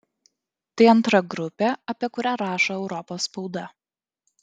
tai antra grupė apie kurią rašo europos spauda